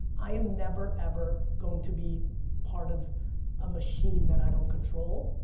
i am never, ever going to be part of a machine that i don't control,